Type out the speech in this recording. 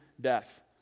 death